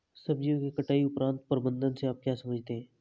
सब्जियों के कटाई उपरांत प्रबंधन से आप क्या समझते हैं?